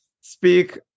speak